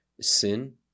Sin